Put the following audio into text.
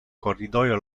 corridoio